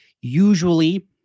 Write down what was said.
Usually